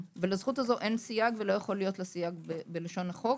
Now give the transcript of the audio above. לזכות הזו אין סייג ולא יכול להיות לה סייג בלשון החוק.